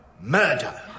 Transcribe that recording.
murder